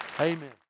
Amen